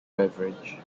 beverage